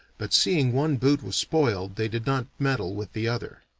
but seeing one boot was spoiled they did not meddle with the other.